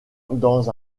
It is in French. dans